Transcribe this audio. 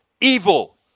Evil